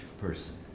person